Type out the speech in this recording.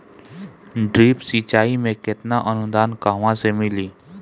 Drip सिंचाई मे केतना अनुदान कहवा से मिली?